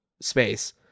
space